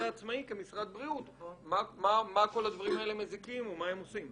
עצמאי כמשרד הבריאות לגבי במה הדברים האלה מזיקים ומה הם עושים.